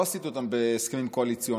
לא עשיתי אותם בהסכמים קואליציוניים.